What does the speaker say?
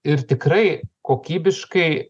ir tikrai kokybiškai